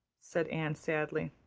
said anne sadly.